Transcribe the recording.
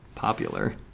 popular